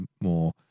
more